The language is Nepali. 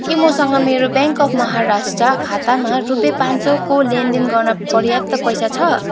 के मसँग मेरो ब्याङ्क अफ महाराष्ट्र खातामा रुपियाँ पाँच सयको लेनदेन गर्न पर्याप्त पैसा छ